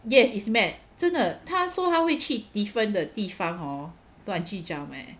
yes he's mad 真的他说他会去 different 的地方 hor bungee jump leh